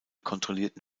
kontrollierten